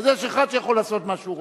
יש אחד שיכול לעשות מה שהוא רוצה.